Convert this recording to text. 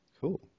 Cool